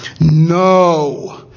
no